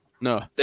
No